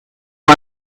you